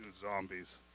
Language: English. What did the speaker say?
zombies